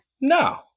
No